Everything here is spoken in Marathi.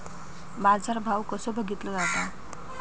बाजार भाव कसो बघीतलो जाता?